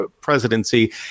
presidency